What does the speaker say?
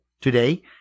today